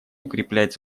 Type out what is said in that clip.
укреплять